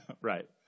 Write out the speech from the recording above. Right